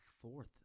fourth